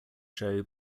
show